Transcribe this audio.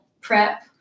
prep